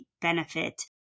benefit